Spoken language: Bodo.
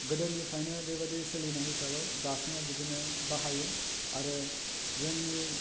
गोदोनिफ्राइनो बे बायदि सोलिनाय हिसाबै दासिमबो बिदिनो बाहायो आरो जोंनि